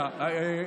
עוד בדיחה.